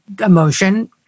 emotion